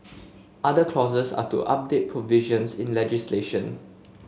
other clauses are to update provisions in legislation